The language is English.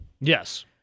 Yes